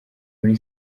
muri